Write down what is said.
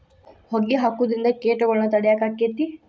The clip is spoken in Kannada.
ಹೊಗಿ ಹಾಕುದ್ರಿಂದ ಕೇಟಗೊಳ್ನ ತಡಿಯಾಕ ಆಕ್ಕೆತಿ?